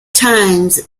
times